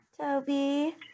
Toby